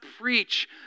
preach